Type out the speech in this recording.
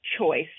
choice